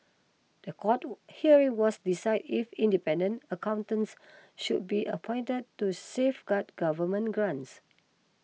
the court hearing was decide if independent accountants should be appointed to safeguard government grants